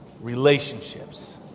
Relationships